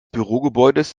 bürogebäudes